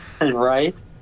Right